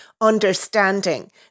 understanding